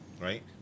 right